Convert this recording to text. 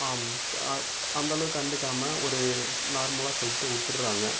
கா அந்தளவுக்கு கண்டுக்காமல் ஒரு நார்மலாக சொல்லிட்டு விட்டுர்றாங்க